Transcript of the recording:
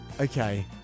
okay